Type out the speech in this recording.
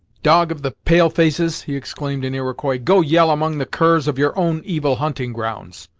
dog of the pale-faces! he exclaimed in iroquois, go yell among the curs of your own evil hunting grounds!